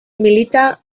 milita